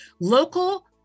local